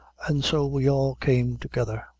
and so we all came together.